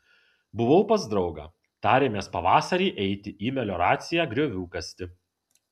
buvau pas draugą tarėmės pavasarį eiti į melioraciją griovių kasti